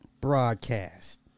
broadcast